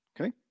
Okay